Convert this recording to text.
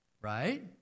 Right